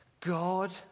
God